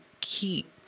keep